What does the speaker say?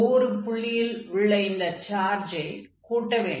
ஒவ்வொரு புள்ளியில் உள்ள இந்த சார்ஜை கூட்ட வேண்டும்